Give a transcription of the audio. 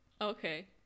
Okay